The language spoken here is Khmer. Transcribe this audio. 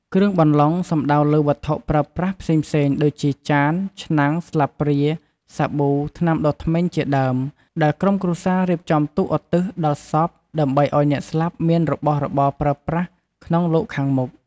គ្រឿងបន្លុងសំដៅលើវត្ថុប្រើប្រាស់ផ្សេងៗ ដូចជា ចាន ឆ្នាំង ស្លាបព្រា សាប៊ូ ថ្នាំដុសធ្មេញ ជាដើម ដែលក្រុមគ្រួសាររៀបចំទុកឧទ្ទិសដល់សព ដើម្បីឱ្យអ្នកស្លាប់មានរបស់របរប្រើប្រាស់ក្នុងលោកខាងមុខ។